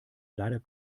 leider